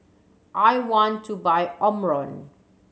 I want to buy Omron